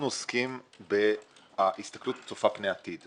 אנחנו עוסקים בהסתכלות צופה פני עתיד.